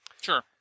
Sure